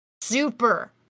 super